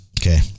Okay